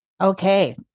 Okay